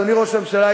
אדוני ראש הממשלה,